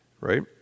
right